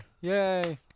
Yay